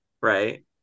right